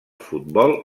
futbol